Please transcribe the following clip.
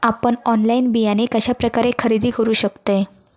आपन ऑनलाइन बियाणे कश्या प्रकारे खरेदी करू शकतय?